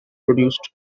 produced